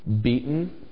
beaten